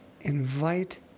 Invite